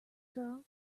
girl